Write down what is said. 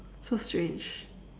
so strange